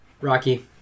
Rocky